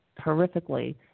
horrifically